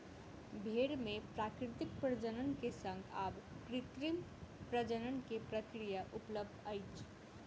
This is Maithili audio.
भेड़ मे प्राकृतिक प्रजनन के संग आब कृत्रिम प्रजनन के प्रक्रिया उपलब्ध अछि